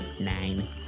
Nine